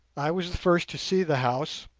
i was the first to see the house,